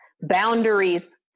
boundaries